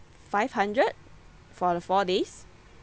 five hundred for the four days